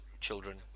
children